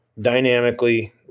dynamically